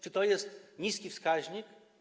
Czy to jest niski wskaźnik?